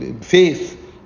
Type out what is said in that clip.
faith